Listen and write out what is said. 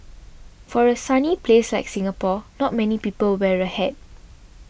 for a sunny place like Singapore not many people wear a hat